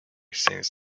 since